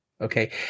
Okay